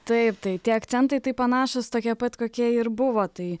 taip tai tie akcentai tai panašūs tokie pat kokie ir buvo tai